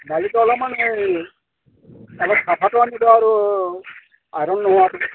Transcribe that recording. বালিটো অলপমান এই অলপ ডাঠাটো আনিব আৰু আইৰণ নোহোৱা